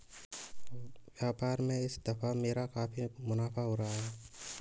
व्यापार में इस दफा मेरा काफी मुनाफा हो रहा है